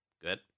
Good